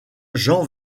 jean